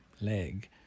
leg